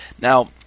Now